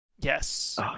Yes